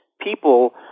People